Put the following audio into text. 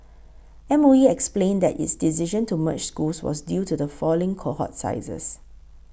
M O E explained that its decision to merge schools was due to the falling cohort sizes